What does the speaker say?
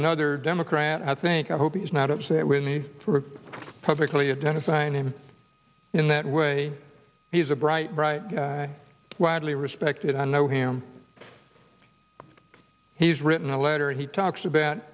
another democrat i think i hope he's not upset with me for publicly identified him in that way he's a bright bright widely respected i know him he's written a letter and he talks about